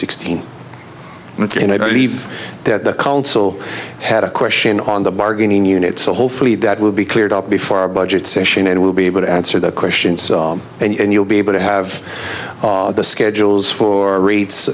three and i believe that the consul had a question on the bargaining unit so hopefully that will be cleared up before our budget session and we'll be able to answer the questions and you'll be able to have the schedules for rates